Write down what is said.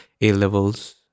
A-levels